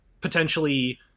potentially